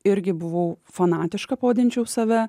irgi buvau fanatiška pavadinčiau save